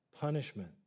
punishment